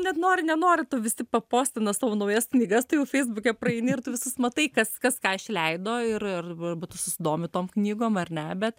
net nori nenori tų visi papostina savo naujas knygas tu jau feisbuke praeini ir tu visus matai kas kas ką išleido ir ir arba tu susidomi tom knygom ar ne bet